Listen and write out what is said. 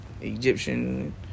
Egyptian